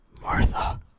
Martha